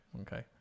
okay